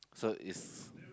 so is